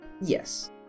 Yes